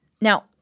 Now